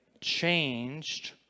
changed